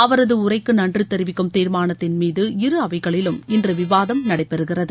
அவரது உரைக்கு நன்றி தெரிவிக்கும் தீர்மானத்தின்மீது இருஅவைகளிலும் இன்று விவாதம் நடைபெறுகிறது